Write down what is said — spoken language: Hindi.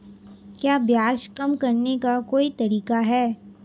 क्या ब्याज कम करने का कोई तरीका है?